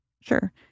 sure